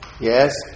Yes